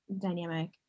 dynamic